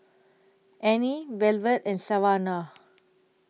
Annie Velvet and Savannah